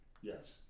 Yes